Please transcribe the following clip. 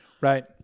Right